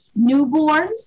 newborns